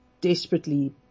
desperately